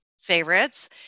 favorites